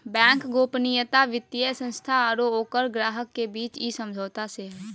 bank गोपनीयता वित्तीय संस्था आरो ओकर ग्राहक के बीच इ समझौता से हइ